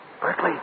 Berkeley